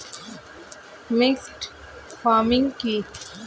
Mixed farming কি?